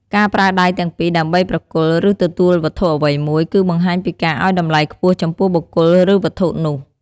ការប្រើដៃទាំងពីរដើម្បីប្រគល់ ឬទទួលវត្ថុអ្វីមួយ គឺបង្ហាញពីការឲ្យតម្លៃខ្ពស់ចំពោះបុគ្គល ឬវត្ថុនោះ។